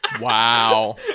Wow